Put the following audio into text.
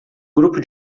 grupo